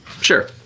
Sure